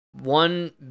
one